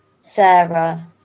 Sarah